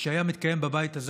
שהיה מתקיים בבית הזה,